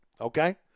Okay